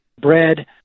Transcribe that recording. bread